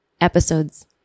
episodes